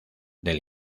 del